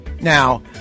Now